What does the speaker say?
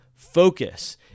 Focus